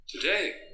Today